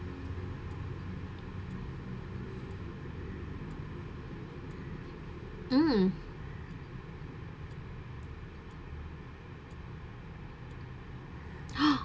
mm !huh!